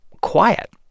quiet